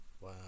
Wow